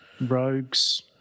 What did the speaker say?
Rogues